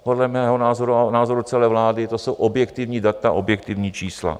Podle mého názoru a podle názoru celé vlády to jsou objektivní data, objektivní čísla.